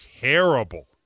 terrible